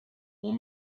ont